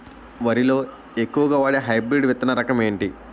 వరి లో ఎక్కువుగా వాడే హైబ్రిడ్ విత్తన రకం ఏంటి?